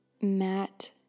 matte